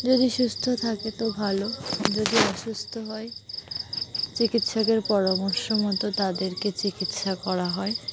যদি সুস্থ থাকে তো ভালো যদি অসুস্থ হয় চিকিৎসকের পরামর্শ মতো তাদেরকে চিকিৎসা করা হয়